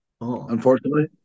unfortunately